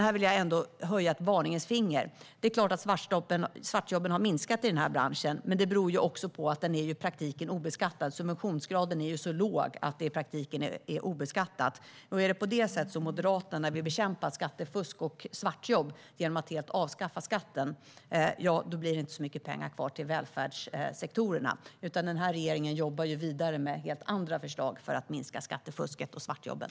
Här vill jag höja ett varningens finger. Det är klart att svartjobben har minskat i denna bransch, men det beror också på att subventionsgraden är så låg att branschen i praktiken är obeskattad. Om det är på det sättet - genom att helt avskaffa skatten - som Moderaterna vill bekämpa skattefusk och svartjobb blir det inte mycket pengar kvar till välfärdssektorerna. Regeringen jobbar vidare med helt andra förslag för att minska skattefusket och svartjobben.